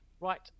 right